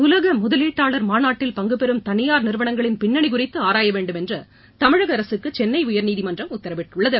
உலக முதலீட்டாளர் மாநாட்டில் பங்கு பெறும் தனியார் நிறுவனங்களின் பின்னணி குறித்து ஆராய வேண்டும் என்று தமிழக அரசுக்கு சென்னை உயர்நீதிமன்றம் உத்தரவிட்டுள்ளது